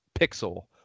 pixel